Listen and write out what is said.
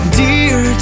dear